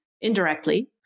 indirectly